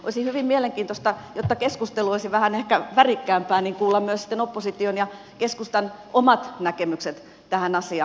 olisi hyvin mielenkiintoista jotta keskustelu olisi ehkä vähän värikkäämpää kuulla myös sitten opposition ja keskustan omat näkemykset tähän asiaan